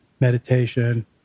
meditation